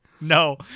No